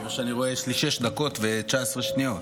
כפי שאני רואה יש לי שש דקות ו-19 שניות.